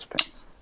pants